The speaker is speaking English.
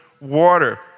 water